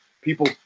people